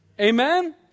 Amen